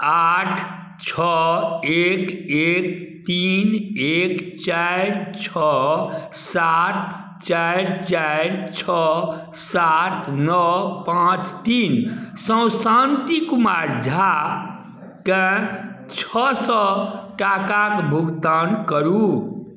आठ छओ एक एक तीन एक चारि छओ सात चारि चारि छओ सात नओ पाँच तीन सँ शान्ति कुमार झाकेँ छओ सए टाकाक भुगतान करू